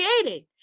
creating